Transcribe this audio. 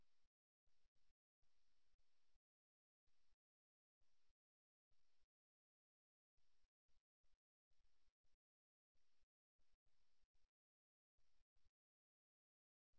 முழங்கால் மற்ற நபரின் திசையில் சுட்டிக்காட்டினால் அது முதல் புகைப்படம் A இல் காட்டப்பட்டுள்ளபடி அது மற்ற நபரின் நேரடி நிராகரிப்பு அல்லது அவரது கூற்று